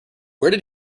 where